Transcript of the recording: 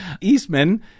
Eastman